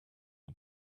our